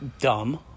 Dumb